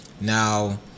Now